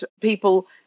people